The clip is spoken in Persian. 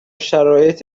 شرایط